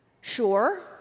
Sure